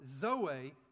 Zoe